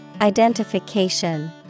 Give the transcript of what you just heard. Identification